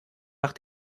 nach